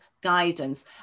guidance